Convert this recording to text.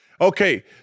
Okay